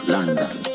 London